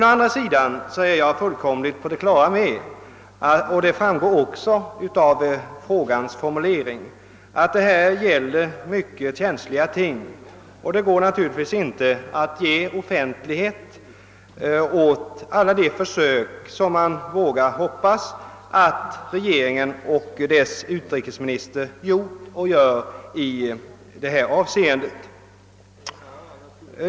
Å andra sidan är jag fullkomligt på det klara med — det framgår också av frågans formulering — att det här gäller mycket känsliga ting. Det går naturligtvis inte att ge offentlighet åt alla de försök som man vågar hoppas att regeringen och dess utrikesminister gjort och gör i detta avseende.